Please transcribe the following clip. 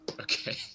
okay